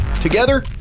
Together